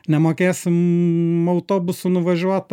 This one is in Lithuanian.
nemokėsim autobusu nuvažiuot